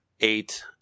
Eight